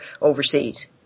overseas